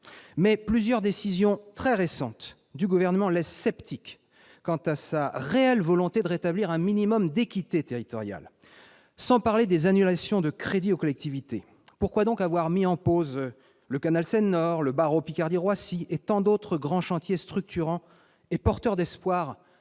Mais plusieurs décisions très récentes du Gouvernement laissent sceptiques quant à sa réelle volonté de rétablir un minimum d'équité territoriale, sans parler des annulations de crédits aux collectivités : pourquoi donc avoir mis en pause le canal Seine-Nord, le barreau Picardie-Roissy et tant d'autres grands chantiers structurants et porteurs d'espoir